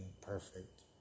perfect